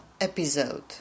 episode